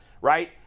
right